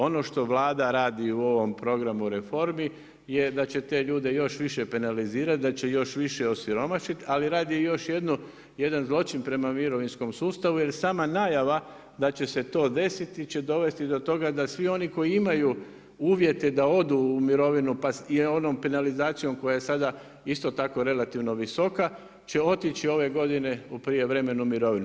Ono što Vlada radi u ovom programu reformi je da će te ljude još više penalizirati, da će još više osiromašit ali rade još jedan zločin prema mirovinskom sustavu jer sama najava da će se to desiti će dovesti do toga da svi oni koji imaju uvjete da odu u mirovinu pa je onom penalizacijom koja je sada isto tako relativno visoka će otići ove godine u prijevremenu mirovinu.